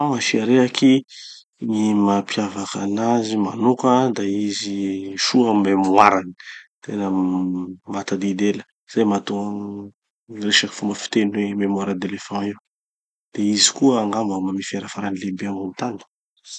Elephants asia rehaky. Gny mampiavaky anazy manoka da izy soa mémoire-ny. Tena mahatadidy ela. Zay mahatonga gny resaky fomba fiteny hoe mémoire d'éléphant io. De izy koa angamba gny mamifère farany lehibe ambony tany.